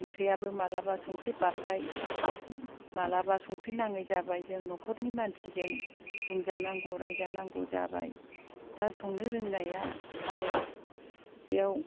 ओंख्रियाबो माब्लाबा संख्रि बाब्बाय माब्लाबा संख्रि नाङै जाबाय जों न'खरनि मानसिजों बुंजानांगौ रायजानांगौ जाबाय दा संनो रोंनाया आङो बेयाव